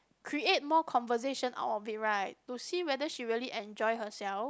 create more conversation out of it right to see whether she really enjoy herself